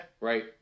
Right